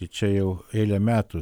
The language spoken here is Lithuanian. tai čia jau eilę metų